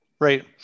Right